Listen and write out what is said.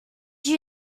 you